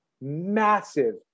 massive